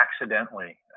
accidentally